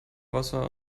wasser